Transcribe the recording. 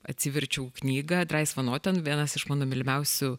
atsiverčiau knygą drais vanoten vienas iš mano mylimiausių